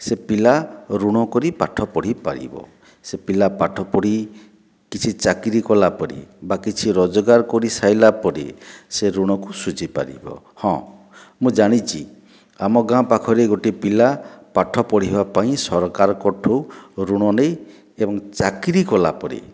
ସେ ପିଲା ଋଣ କରି ପାଠ ପଢ଼ିପାରିବ ସେ ପିଲା ପାଠ ପଢ଼ି କିଛି ଚାକିରି କଲା ପରେ ବା କିଛି ରୋଜଗାର କରିସାରିଲା ପରେ ସେ ଋଣକୁ ଶୁଝିପାରିବ ହଁ ମୁଁ ଜାଣିଛି ଆମ ଗାଁ ପାଖରେ ଗୋଟିଏ ପିଲା ପାଠ ପଢ଼ିବା ପାଇଁ ସରକାରଙ୍କଠୁ ଋଣ ନେଇ ଏବଂ ଚାକିରି କଲା ପରେ